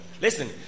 Listen